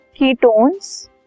ketones